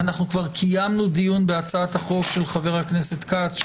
כבר קיימנו דיון בהצעת החוק של חבר הכנסת כץ.